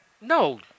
No